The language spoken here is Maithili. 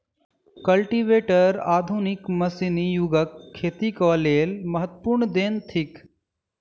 कल्टीवेटर आधुनिक मशीनी युगक खेतीक लेल महत्वपूर्ण देन थिक